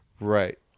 right